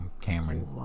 Cameron